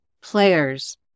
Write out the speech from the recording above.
players